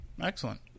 Excellent